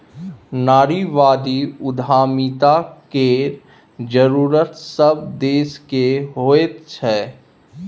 नारीवादी उद्यमिता केर जरूरत सभ देशकेँ होइत छै